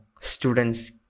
students